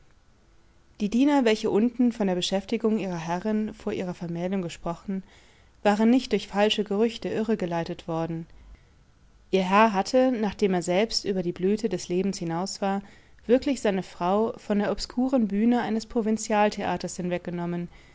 die diener welche unten von der beschäftigung ihrer herrin vor ihrer vermählung gesprochen waren nicht durch falsche gerüchte irregeleitet worden ihre herr hatte nachdem er selbst über die blüte des lebens hinaus war wirklich seine frau von der obskuren bühne eines provinzialtheaters hinweggenommen